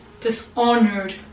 Dishonored